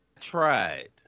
tried